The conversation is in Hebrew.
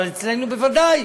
אבל אצלנו בוודאי,